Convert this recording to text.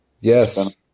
yes